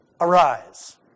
arise